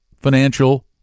financial